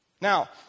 Now